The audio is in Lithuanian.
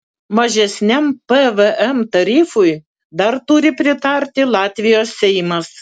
mažesniam pvm tarifui dar turi pritarti latvijos seimas